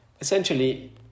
Essentially